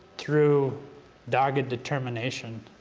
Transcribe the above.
through dogged determination,